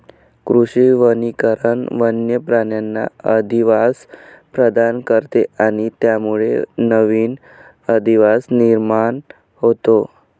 कृषी वनीकरण वन्य प्राण्यांना अधिवास प्रदान करते आणि त्यामुळे नवीन अधिवास निर्माण होतो